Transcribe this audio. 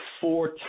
four